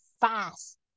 fast